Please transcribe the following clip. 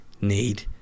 need